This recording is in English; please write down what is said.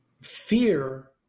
fear